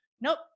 nope